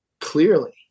Clearly